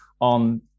on